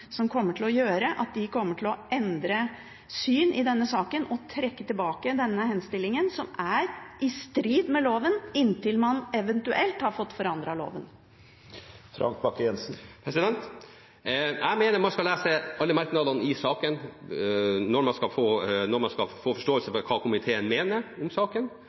som kan gjøre at de kommer til å endre syn i denne saken og trekke tilbake denne henstillingen som er i strid med loven, inntil man eventuelt har fått forandret loven. Jeg mener man skal lese alle merknadene i saken når man skal få forståelse for hva komiteen mener om saken,